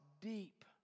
deep